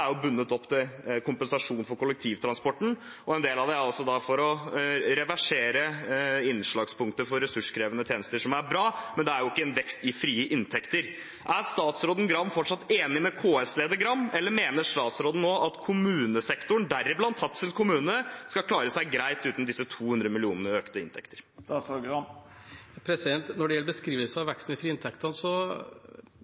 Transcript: er bundet opp til kompensasjon for kollektivtransporten, og en del av det er for å reversere innslagspunktet for ressurskrevende tjenester. Det er bra, men det er jo ikke en vekst i frie inntekter. Er statsråden Gram fortsatt enig med KS-leder Gram, eller mener statsråden nå at kommunesektoren, deriblant Hadsel kommune, skal klare seg greit uten disse 200 mill. kr i økte inntekter? Når det gjelder beskrivelsen av